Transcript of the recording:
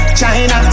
China